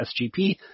SGP